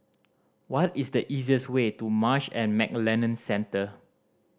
what is the easiest way to Marsh and McLennan Centre